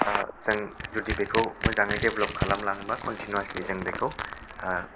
जों जुदि बेखौ मोजाङै देभ्लाप खालामलाङोबा कन्टिनिवासलि जों बेखौ